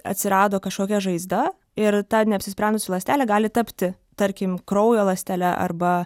atsirado kažkokia žaizda ir ta neapsisprendusi ląstelė gali tapti tarkim kraujo ląstele arba